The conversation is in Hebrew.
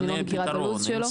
אני לא מכירה את הלו"ז שלו.